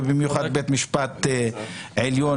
ובמיוחד את בית המשפט העליון,